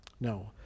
No